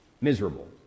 miserable